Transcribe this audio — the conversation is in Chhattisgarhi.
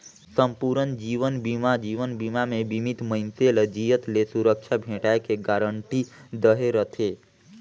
संपूर्न जीवन बीमा जीवन बीमा मे बीमित मइनसे ल जियत ले सुरक्छा भेंटाय के गारंटी दहे रथे